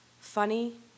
Funny